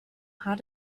how